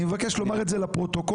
אני מבקש לומר את זה לפרוטוקול,